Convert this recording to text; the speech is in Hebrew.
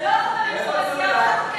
ואנחנו כן היינו שם.